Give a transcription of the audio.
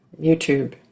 YouTube